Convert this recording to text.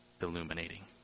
illuminating